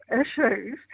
issues